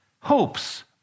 hopes